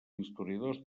historiadors